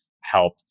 help